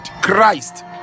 christ